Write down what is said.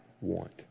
want